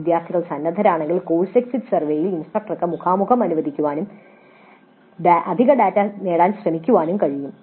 വിദ്യാർത്ഥികൾ സന്നദ്ധരാണെങ്കിൽ course exit സർവേയിൽ ഇൻസ്ട്രക്ടർക്ക് മുഖാമുഖം സംവദിക്കാനും അധിക ഡാറ്റ നേടാൻ ശ്രമിക്കാനും കഴിയും